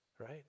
right